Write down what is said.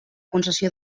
concessió